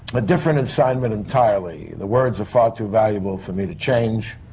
a different assignment entirely. the words are far too valuable for me to change.